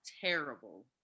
terrible